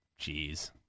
Jeez